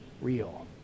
real